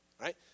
right